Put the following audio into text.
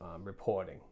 reporting